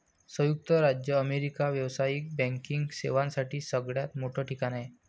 संयुक्त राज्य अमेरिका व्यावसायिक बँकिंग सेवांसाठी सगळ्यात मोठं ठिकाण आहे